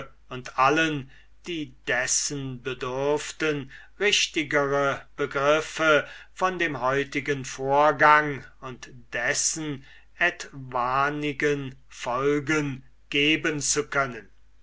und allen die dessen bedürften richtigere begriffe von dem heutigen vorgang und dessen allenfallsigen folgen geben zu können